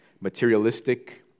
materialistic